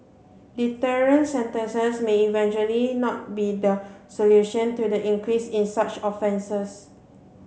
deterrent sentences may eventually not be the solution to the increase in such offences